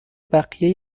بقیه